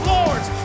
lords